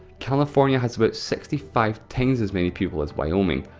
california has about sixty five times as many people as wyoming.